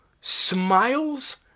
Smiles